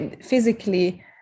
physically